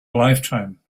lifetime